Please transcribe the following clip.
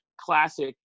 classic